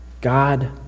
God